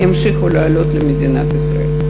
ימשיכו לעלות למדינת ישראל.